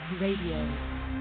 Radio